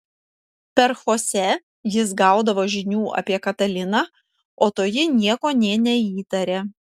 per chosę jis gaudavo žinių apie kataliną o toji nieko nė neįtarė